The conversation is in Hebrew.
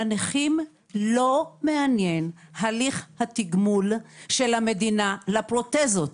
את הנכים לא מעניין הליך התגמול של המדינה לפרוטזות.